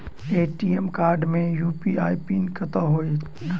ATM card मे UPI pin कतह होइ है?